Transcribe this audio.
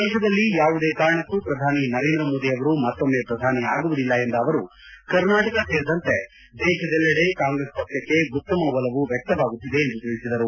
ದೇಶದಲ್ಲಿ ಯಾವುದೇ ಕಾರಣಕ್ಕೂ ಪ್ರಧಾನಿ ನರೇಂದ್ರ ಮೋದಿಯವರು ಮತ್ತೊಮ್ನೆ ಪ್ರಧಾನಿ ಆಗುವುದಿಲ್ಲ ಎಂದ ಅವರು ಕರ್ನಾಟಕ ಸೇರಿದಂತೆ ದೇಶದಲ್ಲೆಡೆ ಕಾಂಗ್ರೆಸ್ ಪಕ್ಷಕ್ಕೆ ಉತ್ತಮ ಒಲವು ವ್ಹಕ್ತವಾಗುತ್ತಿದೆ ಎಂದು ತಿಳಿಸಿದರು